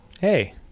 Hey